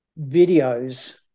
videos